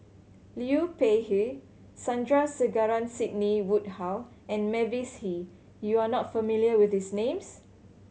Liu Peihe Sandrasegaran Sidney Woodhull and Mavis Hee you are not familiar with these names